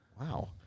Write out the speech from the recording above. Wow